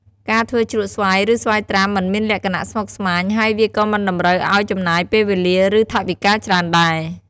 ការធ្វើជ្រក់ស្វាយ ឬស្វាយត្រាំមិនមានលក្ខណៈស្មុគស្មាញ ហើយវាក៏មិនតម្រូវឱ្យចំណាយពេលវេលា ឬ ថវិកាច្រើនដែរ។